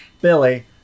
Billy